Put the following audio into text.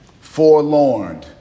forlorn